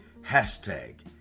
hashtag